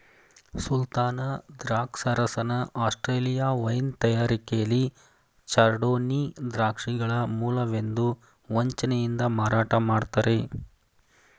ಸುಲ್ತಾನ ದ್ರಾಕ್ಷರಸನ Australia wine ತಯಾರಿಕೆಲಿ chardonnay ದ್ರಾಕ್ಷಿಗಳ ಮೂಲವೆಂದು ವಂಚನೆಯಿಂದ ಮಾರಾಟ ಮಾಡ್ತರೆ